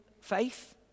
faith